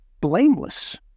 Blameless